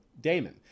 Damon